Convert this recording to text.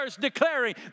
declaring